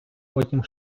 потім